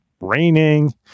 raining